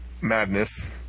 madness